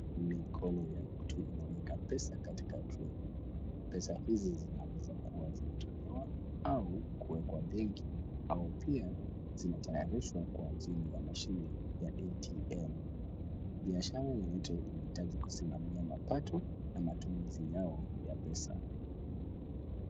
Mikono ya mtu inayoweka pesa katika draw . Pesa hizi zinaweza kuwa zinatolewa au kuwekwa benki au pia zinatayarishwa kwa ajili ya mashine ya ATM. Biashara yoyote inahitaji kusimamia mapato na matumizi yao ya pesa.